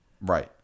Right